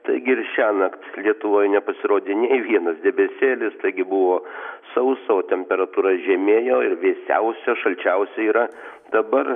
taigi ir šiąnakt lietuvoj nepasirodė nė vienas debesėlis taigi buvo sausa o temperatūra žemėjo ir vėsiausia šalčiausia yra dabar